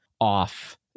off